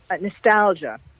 nostalgia